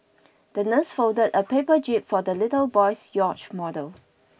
the nurse folded a paper jib for the little boy's yacht model